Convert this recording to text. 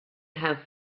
have